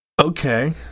Okay